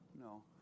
no